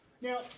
Now